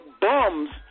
bums